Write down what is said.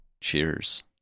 Cheers